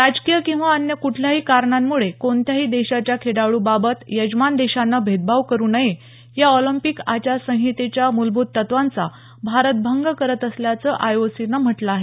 राजकीय किंवा अन्य कुठल्याही कारणांमुळे कोणत्याही देशाच्या खेळाड्रबाबत यजमान देशानं भेदभाव करू नये या ऑलिंपिक आचारसंहितेच्या मुलभूत तत्त्वांचा भारत भंग करत असल्याचं आय ओ सी नं म्हटलं आहे